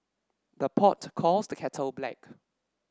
the pot calls the kettle black